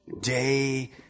Day